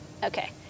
Okay